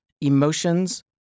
emotions